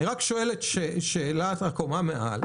ואני רק שואל את שאלת הקומה מעל.